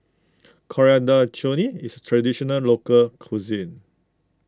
Coriander Chutney is Traditional Local Cuisine